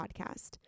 Podcast